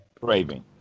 craving